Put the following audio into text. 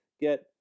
get